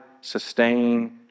sustain